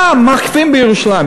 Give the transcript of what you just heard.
מה מקפיאים בירושלים?